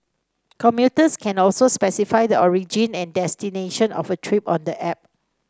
commuters can also specify the origin and destination of a trip on the app